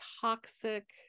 toxic